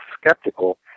skeptical